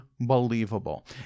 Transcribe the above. Unbelievable